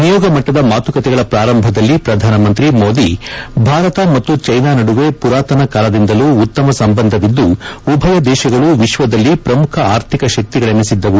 ನಿಯೋಗ ಮಟ್ಟದ ಮಾತುಕತೆಗಳ ಪ್ರಾರಂಭದಲ್ಲಿ ಪ್ರಧಾನಮಂತ್ರಿ ಮೋದಿ ಭಾರತ ಮತ್ತು ಚೀನಾ ನಡುವೆ ಮರಾತನ ಕಾಲದಿಂದಲೂ ಉತ್ತಮ ಸಂಬಂಧವಿದ್ದು ಉಭಯ ದೇಶಗಳು ವಿಶ್ವದಲ್ಲಿ ಪ್ರಮುಖ ಆರ್ಥಿಕ ಶಕ್ತಿಗಳನ್ನಿಸಿದ್ದವು